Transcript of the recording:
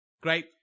Great